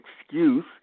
excuse